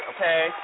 okay